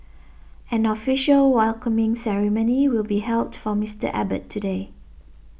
an official welcoming ceremony will be held for Mister Abbott today